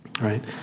right